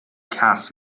cast